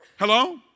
Hello